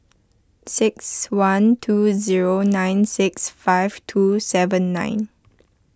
six one two zero nine six five two seven nine